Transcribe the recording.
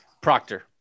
Proctor